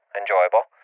enjoyable